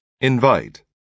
invite